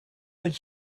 would